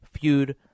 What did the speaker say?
feud